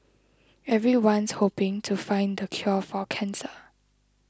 everyone's hoping to find the cure for cancer